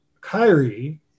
Kyrie